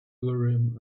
urim